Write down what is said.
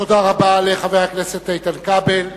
תודה רבה לחבר הכנסת איתן כבל.